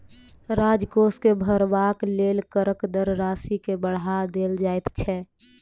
राजकोष के भरबाक लेल करक दर राशि के बढ़ा देल जाइत छै